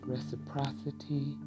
Reciprocity